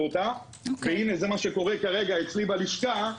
זה מה שקורה כרגע אצלי בלשכה.